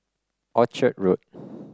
Orchard Road